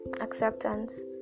acceptance